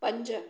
पंज